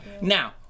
Now